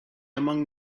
among